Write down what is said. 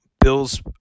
Bills